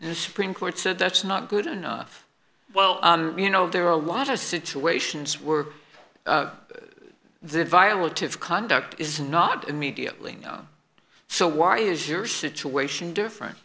in the supreme court said that's not good enough well you know there are a lot of situations were the inviolate of conduct is not immediately known so why is your situation different